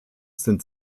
sind